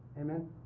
amen